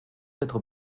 être